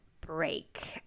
break